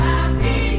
Happy